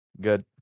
good